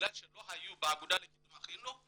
מכיוון שלא היו באגודה לקידום החינוך,